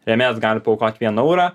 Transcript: rėmėjas gali paaukot vieną eurą